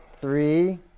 three